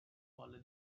follow